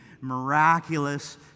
miraculous